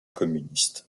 communiste